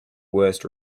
worst